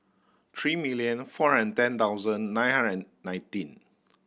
three million four hundred ten thousand nine hundred nineteen